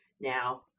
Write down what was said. now